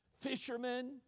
fishermen